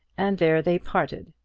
and there they parted,